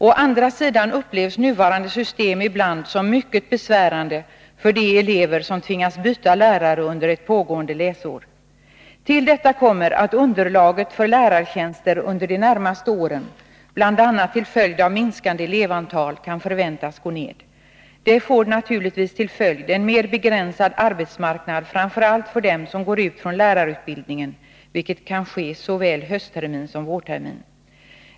Å andra sidan upplevs nuvarande system ibland som mycket besvärande för de elever som tvingas byta lärare under ett pågående läsår. Till detta kommer att underlaget för lärartjänster under de närmaste åren — bl.a. till följd av minskande elevantal — kan förväntas gå ned. Det får naturligtvis till följd en mer begränsad arbetsmarknad framför allt för dem som går ut från lärarutbildningen, vilket kan ske såväl hösttermin som vårtermin.